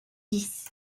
dix